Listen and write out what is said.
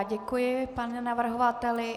Děkuji panu navrhovateli.